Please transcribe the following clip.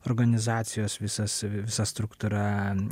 organizacijos visas visa struktūra